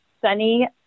sunny